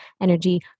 energy